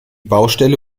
baustelle